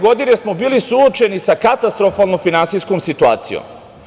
Godine 2012. bili smo suočeni sa katastrofalnom finansijskom situacijom.